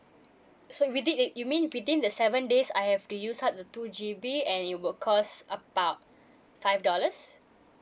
so withi~ you mean within the seven days I have to use up to two G_B and it will cost about five dollars